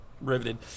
riveted